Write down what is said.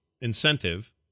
incentive